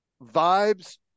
vibes